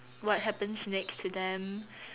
what happens next to them